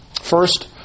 First